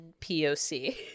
poc